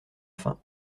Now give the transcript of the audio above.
fin